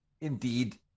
indeed